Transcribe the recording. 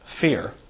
Fear